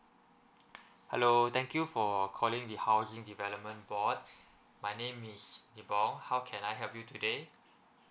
hello thank you for calling the housing development board my name is nibong how can I help you today